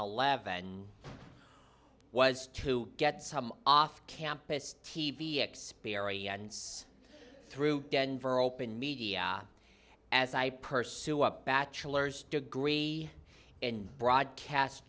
eleven was to get some off campus t v experience through denver open media as i pursue a bachelor's degree in broadcast